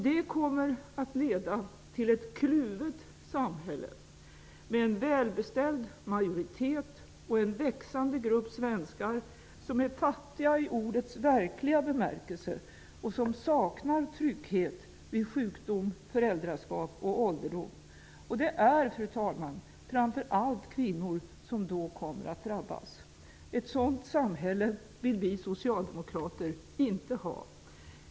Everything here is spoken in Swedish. Det kommer att leda till ett kluvet samhälle, med en välbeställd majoritet och en växande grupp svenskar som är fattiga i ordets verkliga bemärkelse och som saknar trygghet vid sjukdom, föräldraskap och ålderdom. Det är, fru talman, framför allt kvinnor som då kommer att drabbas. Ett sådant samhälle vill vi socialdemokrater inte ha.